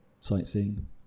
sightseeing